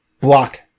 block